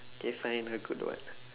okay fine a good one